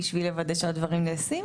בשביל לוודא שהדברים נעשה.